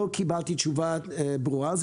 לא קיבלתי תשובה ברורה על זה.